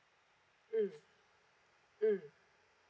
mm mm